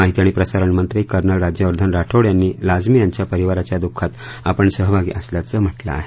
माहिती आणि प्रसारणमंत्री कर्नल राज्यवर्धन राठोड यांनी लाजमी यांच्या परिवाराच्या दुःखात आपण सहभागी असल्याचं म्हटलं आहे